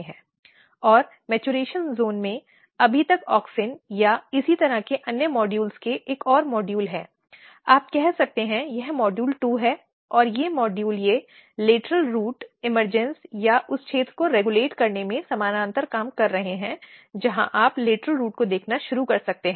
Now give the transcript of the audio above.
और परिपक्वता क्षेत्र में अभी तक ऑक्सिन या इसी तरह के अन्य मॉड्यूल के एक और मॉड्यूल हैं आप कह सकते हैं कि यह मॉड्यूल 2 है और ये मॉड्यूल्स वे लेटरल रूट इमरजेंसी इमर्जन्स या उस क्षेत्र को रेगुलेट करने में समानांतर काम कर रहे हैं जहां आप लेटरल रूट को देखना शुरू कर सकते हैं